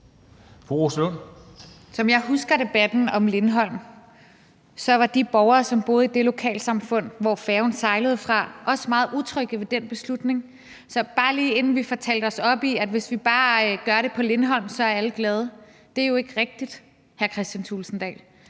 Som jeg husker debatten om Lindholm, var de borgere, som boede i det lokalsamfund, hvor færgen sejlede fra, også meget utrygge ved den beslutning. Det er bare lige, inden vi får talt os op i, at hvis vi bare placerer dem på Lindholm, er alle glade. Det er jo ikke rigtigt, hr. Kristian Thulesen Dahl.